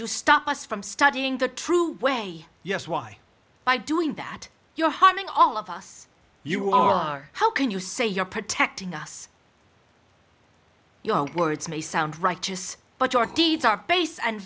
you stop us from studying the true way yes why by doing that you're harming all of us you are how can you say you're protecting us your words may sound right just but your deeds are base